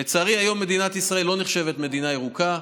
לצערי, היום מדינת ישראל לא נחשבת מדינה ירוקה,